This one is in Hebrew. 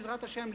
בעזרת השם,